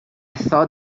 thought